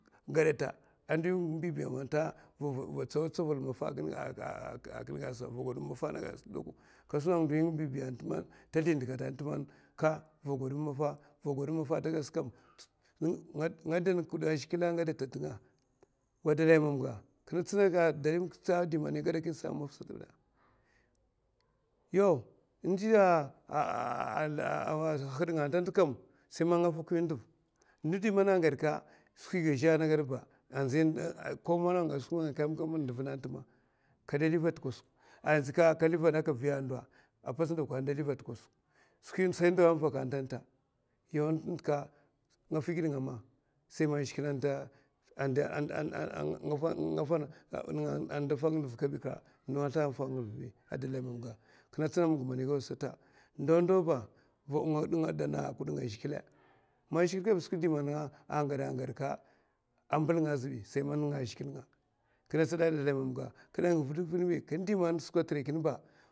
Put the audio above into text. Gaèata a ndohi m'bi biya man va tsau tsavul mafa ata gaè, a ndohi nga m'bibiya ka vogoè ma maffa vogoè ma maffa atèsa nga data kuènga atunga. wa dalay mamga yau ndzi hahaè nga sai nga fokoy ndav ndo man adagaèa skwi ga azhè nɗba nduvna kilèng. a ndzika ka liva a aka viya ndo amana ni sai ka liva tɗ kosuk atavaka, kos nga nga fi giè ma sai zhigilè adala mamga sai nga dana kuènga a zhigilè, ambèl nga azaɓi sai man nènga a zhigilè